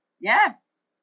yes